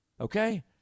okay